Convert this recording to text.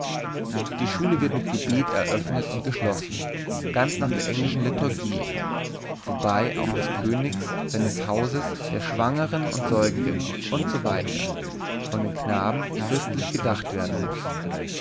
die schule wird mit gebet eröffnet und geschlossen ganz nach der englischen liturgie wobei auch des königs seines hauses der schwangeren und säugenden usw von den knaben christlich gedacht werden muß